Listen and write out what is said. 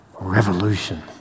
revolution